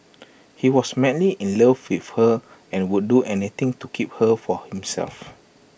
he was madly in love with her and would do anything to keep her for himself